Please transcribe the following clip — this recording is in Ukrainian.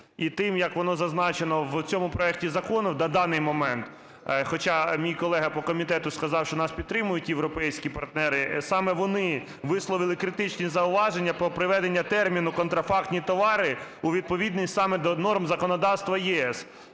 і тим, як воно зазначено в цьому проекті закону на даний момент, хоча мій колега по комітету сказав, що нас підтримують європейські партнери, саме вони висловили критичні зауваження по приведенню терміну "контрафактні товари" у відповідність саме до норм законодавства ЄС,